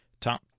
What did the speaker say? top